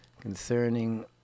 concerning